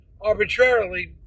arbitrarily